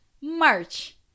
March